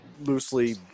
loosely